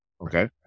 Okay